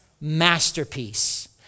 masterpiece